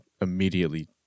immediately